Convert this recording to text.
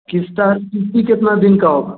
किस्ता किश्त कितना दिन का होगा